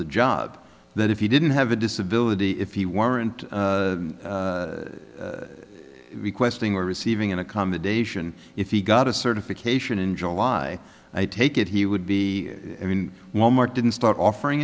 the job that if you didn't have a disability if you weren't requesting or receiving an accommodation if he got a certification in july i take it he would be in wal mart didn't start offering